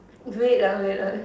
wait ah wait ah